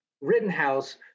Rittenhouse